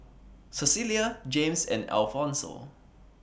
Cecilia Jaymes and Alfonso